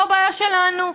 לא בעיה שלנו,